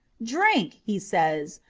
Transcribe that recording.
drink he says,